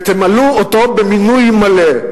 ותמנו אותו במינוי מלא,